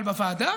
אבל בוועדה?